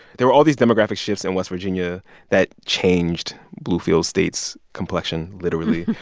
there were all these demographic shifts in west virginia that changed bluefield state's complexion literally.